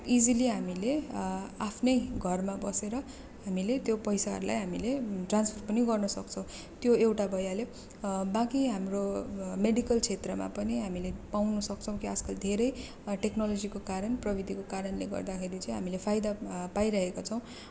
easily हामीले आफ्नै घरमा बसेर हामीले त्यो पैसाहरूलाई हामीले ट्रान्सफर गर्न सक्छौँ त्यो एउटा भइहाल्यो बाँकी हाम्रो मेडिकल क्षेत्रमा पनि हामीले पाउनु सक्छौँ कि आजकल धेरै टेक्नोलोजीको कारण प्रविधिको कारणले गर्दाखेरि चाहिँ हामीले फाइदा पाइरहेका छौँ